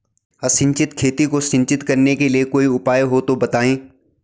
असिंचित खेती को सिंचित करने के लिए कोई उपाय हो तो बताएं?